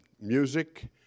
Music